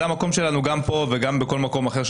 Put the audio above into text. זה המקום שלנו פה ובכל מקום אחר,